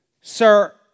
sir